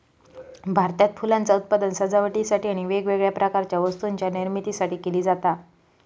भारतात फुलांचा उत्पादन सजावटीसाठी आणि वेगवेगळ्या प्रकारच्या वस्तूंच्या निर्मितीसाठी केला जाता